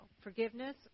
forgiveness